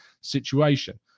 situation